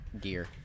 Gear